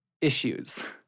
issues